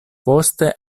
poste